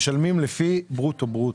משלמים לפי ברוטו-ברוטו.